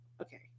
okay